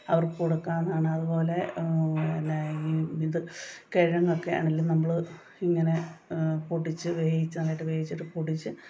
അവർക്ക് കൊടുക്കാമെന്നാണ് അതു പോലെ പിന്നെ ഈ ഇത് കിഴങ്ങൊക്കെ ആണെങ്കിലും നമ്മൾ ഇങ്ങനെ പൊടിച്ചു വേവിച്ച് നന്നായിട്ടു വേവിച്ചിട്ട് പൊടിച്ച്